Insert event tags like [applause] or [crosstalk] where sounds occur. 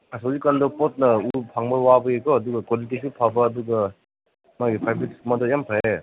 ꯍꯧꯖꯤꯛ ꯀꯥꯟꯗꯨ ꯄꯣꯠꯅ ꯎ ꯐꯪꯕ ꯋꯥꯕꯒꯤꯀꯣ ꯑꯗꯨꯒ ꯀ꯭ꯋꯥꯂꯤꯇꯤꯁꯨ ꯐꯕ ꯑꯗꯨꯒ ꯃꯣꯏꯒꯤ [unintelligible] ꯃꯗꯨ ꯌꯥꯃ ꯐꯩꯌꯦ